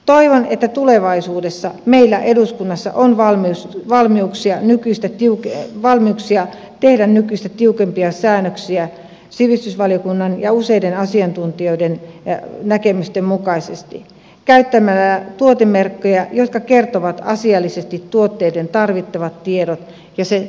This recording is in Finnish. toivon että tulevaisuudessa meillä eduskunnassa on valmiuksia tehdä nykyistä tiukempia säännöksiä sivistysvaliokunnan ja useiden asiantuntijoiden näkemysten mukaisesti käyttämällä tuotemerkkejä jotka kertovat asiallisesti tuotteiden tarvittavat tiedot ja se riittäköön